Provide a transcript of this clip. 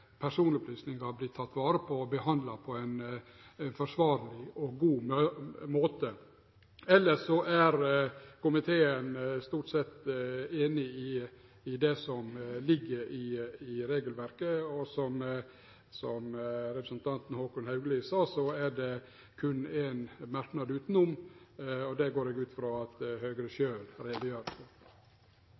personopplysningar vert tekne vare på og behandla på ein forsvarleg og god måte. Elles er komiteen stort sett einig om det som ligg i regelverket, og som representanten Håkon Haugli sa, er det berre ein merknad frå Høgre utanom, og den går eg ut frå at Høgre sjølv gjer greie for.